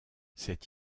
cette